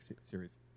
series